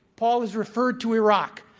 paul has referred to iraq,